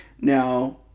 Now